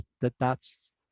that—that's